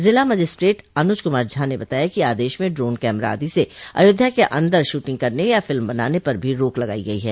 जिला मजिस्ट्रेट अनुज कुमार झा ने बताया कि आदेश में ड्रोन कैमरा आदि से अयोध्या के अंदर सूटिंग करने या फिल्म बनाने पर भी रोक लगाई गई है